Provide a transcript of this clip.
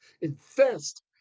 Invest